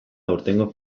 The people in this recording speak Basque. aurtengo